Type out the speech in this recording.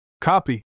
Copy